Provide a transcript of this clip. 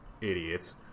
idiots